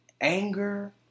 anger